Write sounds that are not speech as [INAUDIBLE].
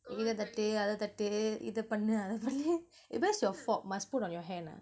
இத தட்டு அத தட்டு இத பண்ணு அத பண்ணு:itha thattu atha thattu itha pannu atha pannu [LAUGHS] !hey! where's your fork must put on your hand ah